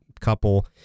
couple